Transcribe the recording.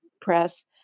press